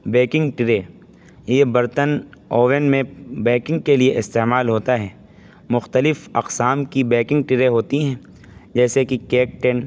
baking tray یہ برتن oven میں بیکنگ کے لیے استعمال ہوتا ہے مختلف اقسام کی بیکنگ ٹرے ہوتی ہیں جیسے کہ کیک ٹینک